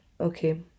okay